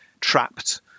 trapped